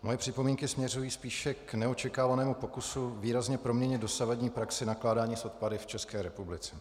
Moje připomínky směřují spíše k neočekávanému pokusu výrazně proměnit dosavadní praxi nakládání s odpady v České republice.